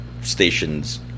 stations